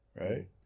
right